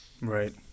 right